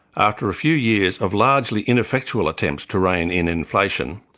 after a few years of largely ineffectual attempts to rein in inflation,